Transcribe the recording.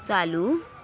चालू